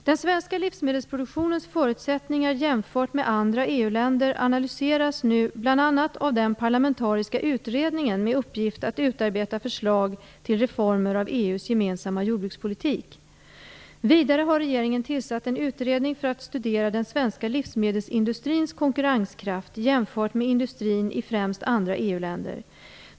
Den svenska livsmedelsproduktionens förutsättningar jämfört med andra EU-länder analyseras nu bl.a. av den parlamentariska utredningen med uppgift att utarbeta förslag till reformer av EU:s gemensamma jordbrukspolitik. Vidare har regeringen tillsatt en utredning för att studera den svenska livsmedelsindustrins konkurrenskraft jämfört med industrin i främst andra EU-länder.